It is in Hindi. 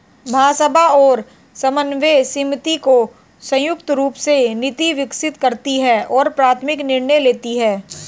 महासभा और समन्वय समिति, जो संयुक्त रूप से नीति विकसित करती है और प्राथमिक निर्णय लेती है